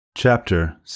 Chapter